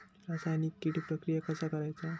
रासायनिक कीड प्रक्रिया कसा करायचा?